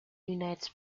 unites